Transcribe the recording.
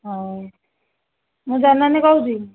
ହଉ ମୁଁ ଜନନୀ କହୁଛି